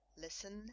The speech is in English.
Listen